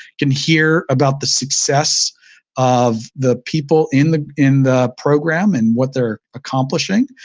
can hear about the success of the people in the in the program and what they're accomplishing,